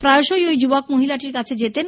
প্রায়শই ওই যুবক মহিলাটির কাছে যেতেন